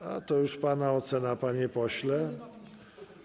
A to już pana ocena, panie pośle.